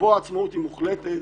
כשפה העצמאות היא מוחלטת,